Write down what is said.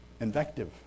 invective